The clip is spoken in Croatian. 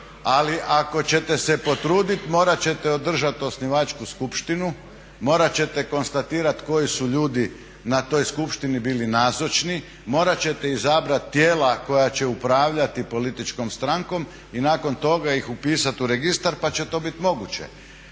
ali ako ćete se potrudit morat ćete održat osnivačku skupštinu, morat ćete konstatirati koji su ljudi na toj skupštini bili nazočni, morat ćete izabrati tijela koja će upravljati političkom strankom i nakon toga ih upisati u registar pa će to biti moguće.